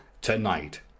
tonight